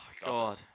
God